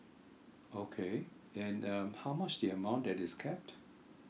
okay and um how much the amount that is capped